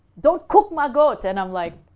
don't cook my goat! and i'm like